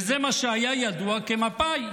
וזה מה שהיה ידוע כמפא"י.